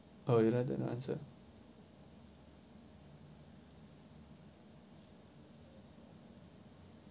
oh you don't want to answer